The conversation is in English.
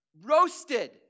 Roasted